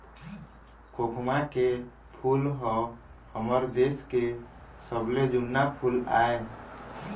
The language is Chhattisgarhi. खोखमा के फूल ह हमर देश के सबले जुन्ना फूल आय